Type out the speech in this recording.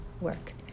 work